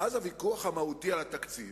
ואז הוויכוח המהותי על התקציב,